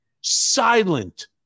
silent